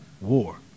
war